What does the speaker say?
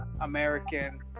American